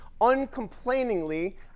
uncomplainingly